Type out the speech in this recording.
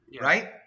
right